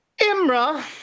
Imra